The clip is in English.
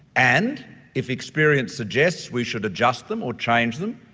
and if experience suggests we should adjust them or change them,